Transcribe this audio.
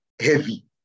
heavy